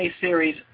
series